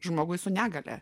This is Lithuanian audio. žmogui su negalia